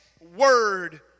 word